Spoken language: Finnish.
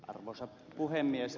arvoisa puhemies